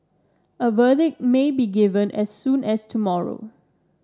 a verdict may be given as soon as tomorrow